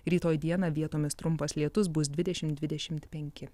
rytoj dieną vietomis trumpas lietus bus dvidešim dvidešimt penki